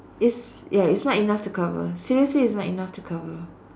it's ya it's not enough to cover seriously it's not enough to cover